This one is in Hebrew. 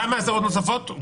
כמה עשרות נוספות.